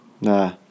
Nah